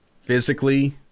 physically